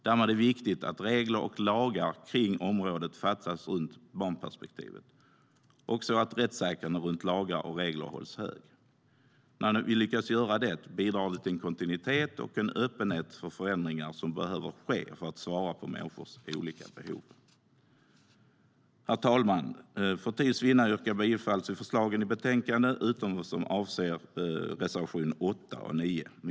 Därmed är det viktigt att regler och lagar på området fattas utifrån barnperspektivet och att rättssäkerheten kring lagar och regler hålls hög. När vi nu lyckas göra detta bidrar vi till en kontinuitet och en öppenhet för förändringar som behöver ske för att svara mot människors olika behov. Herr talman! För tids vinnande yrkar jag bifall till förslagen i betänkandet utom vad avser reservation 8 och 9.